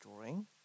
drawing